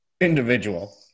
individual